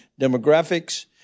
demographics